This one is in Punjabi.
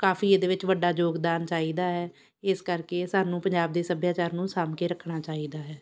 ਕਾਫ਼ੀ ਇਹਦੇ ਵਿੱਚ ਵੱਡਾ ਯੋਗਦਾਨ ਚਾਹੀਦਾ ਹੈ ਇਸ ਕਰਕੇ ਸਾਨੂੰ ਪੰਜਾਬ ਦੇ ਸੱਭਿਆਚਾਰ ਨੂੰ ਸਾਂਭ ਕੇ ਰੱਖਣਾ ਚਾਹੀਦਾ ਹੈ